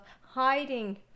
hiding